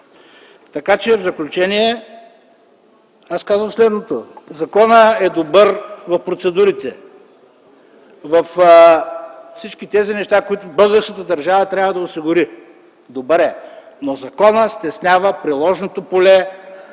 В заключение, казвам следното: законът е добър в процедурите, във всички неща, които българската държава трябва да осигури, добър е. Но законът стеснява приложното поле